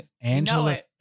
Angela